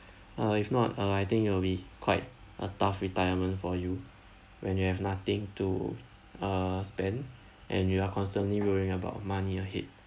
uh if not uh I think it will be quite a tough retirement for you when you have nothing to uh spend and you are constantly worrying about money ahead